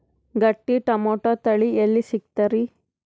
ಗಟ್ಟಿ ಟೊಮೇಟೊ ತಳಿ ಎಲ್ಲಿ ಸಿಗ್ತರಿ?